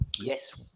Yes